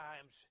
times